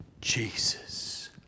Jesus